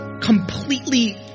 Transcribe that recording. completely